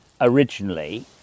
originally